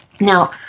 Now